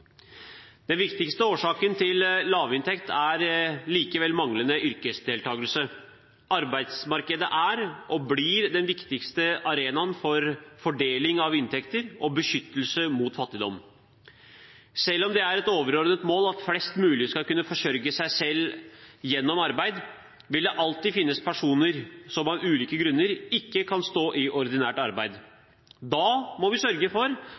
Den viktigste årsaken til lavinntekt er likevel manglende yrkesdeltakelse. Arbeidsmarkedet er og blir den viktigste arenaen for fordeling av inntekter og beskyttelse mot fattigdom. Selv om det er et overordnet mål at flest mulig skal kunne forsørge seg selv gjennom arbeid, vil det alltid finnes personer som av ulike grunner ikke kan stå i ordinært arbeid. Da må vi sørge for